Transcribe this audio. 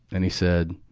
and he said,